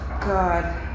god